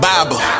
Bible